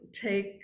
take